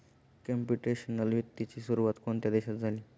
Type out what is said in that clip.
Computational वित्ताची सुरुवात कोणत्या देशात झाली?